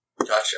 Gotcha